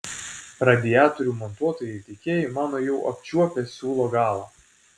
radiatorių montuotojai ir tiekėjai mano jau apčiuopę siūlo galą